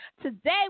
Today